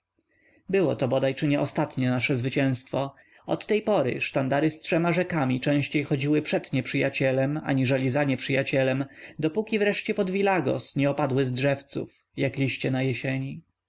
melancholia było-to bodaj czy nie ostatnie nasze zwycięstwo od tej chwili sztandary z trzema rzekami częściej chodziły przed nieprzyjacielem aniżeli za nieprzyjacielem dopóki wreszcie pod vilagos nie opadły z drzewców jak liście na jesieni